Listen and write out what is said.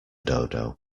dodo